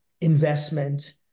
investment